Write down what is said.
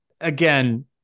again